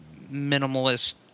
minimalist